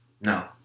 No